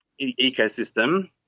ecosystem